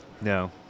No